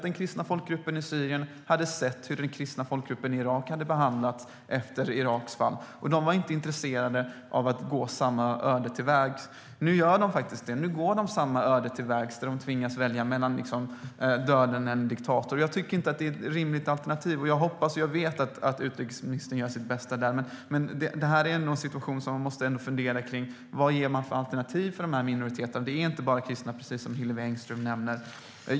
Den kristna folkgruppen i Syrien hade nämligen sett hur den kristna folkgruppen i Irak hade behandlats efter Iraks fall. De var inte intresserade av att gå samma öde till mötes. Nu gör de faktiskt det. Nu går de samma öde till mötes. De tvingas välja mellan döden eller en diktator. Jag tycker inte att det är rimliga alternativ. Jag vet att utrikesministern gör sitt bästa, men det här är ändå en situation som man måste fundera kring. Vad ger man för alternativ till de här minoriteterna? Det är inte bara kristna, precis som Hillevi Larsson nämner.